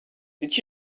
did